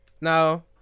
Now